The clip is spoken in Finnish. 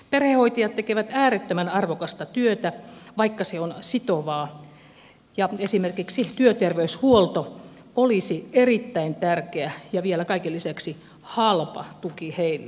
perhehoitajat tekevät äärettömän arvokasta työtä vaikka se on sitovaa ja esimerkiksi työterveyshuolto olisi erittäin tärkeä ja vielä kaiken lisäksi halpa tuki heille